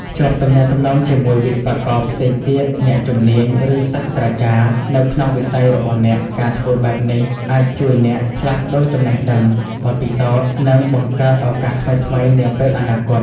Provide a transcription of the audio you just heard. ភ្ជាប់ ទំនាក់ទំនងជាមួយវិស្វករផ្សេងទៀត អ្នកជំនាញ ឬសាស្ត្រាចារ្យ នៅក្នុងវិស័យរបស់អ្នក។ ការធ្វើបែបនេះអាចជួយអ្នក ផ្លាស់ប្តូរចំណេះដឹង បទពិសោធន៍ និងបង្កើតឱកាសថ្មីៗនាពេលអនាគត។